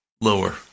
lower